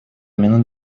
минут